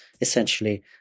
essentially